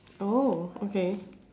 oh okay